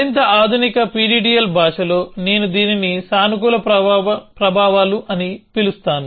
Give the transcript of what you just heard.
మరింత ఆధునిక PDDL భాషలో నేను దీనిని సానుకూల ప్రభావాలు అని పిలుస్తాను